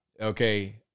Okay